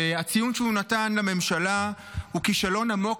הציון שהוא נתן לממשלה הוא כישלון עמוק